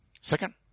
Second